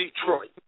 Detroit